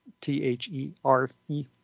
T-H-E-R-E